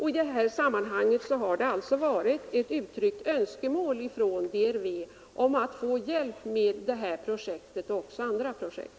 I detta sammanhang har det alltså varit ett uttryckt önskemål från DRV att få hjälp med detta projekt och även andra projekt.